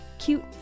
cute